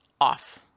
off